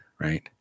right